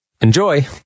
Enjoy